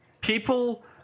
people